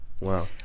wow